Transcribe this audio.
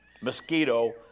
mosquito